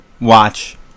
watch